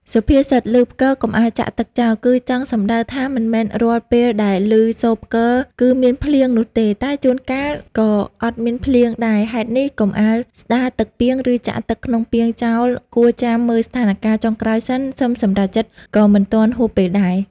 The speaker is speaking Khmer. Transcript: សុភាសិត "ឮផ្គរ កុំអាលចាក់ទឹកចោល" គឺចង់សំដៅថាមិនមែនរាល់ពេលដែលឮសូរផ្គរគឺមានភ្លៀង នោះទេតែជួនកាល ក៏អត់មានភ្លៀងដែរហេតុនេះកុំអាលស្តារទឹកពាងឬចាក់ទឹកក្នុងពាងចោលគួរចាំ មើលស្ថានការណ៍ចុងក្រោយសិនសឹមសម្រេចចិត្តក៏មិនទាន់ហួសពេលដែរ។